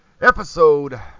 Episode